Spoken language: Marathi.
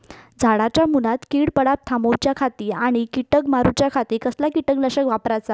झाडांच्या मूनात कीड पडाप थामाउच्या खाती आणि किडीक मारूच्याखाती कसला किटकनाशक वापराचा?